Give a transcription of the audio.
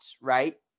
right